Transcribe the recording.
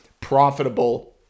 profitable